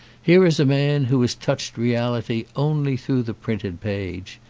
here is a man who has touched reality only through the printed page.